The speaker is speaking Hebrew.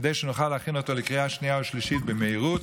כדי שנוכל להכין אותה לקריאה השנייה והשלישית במהירות.